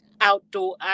outdoor